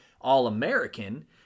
All-American